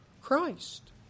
Christ